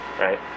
right